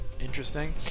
interesting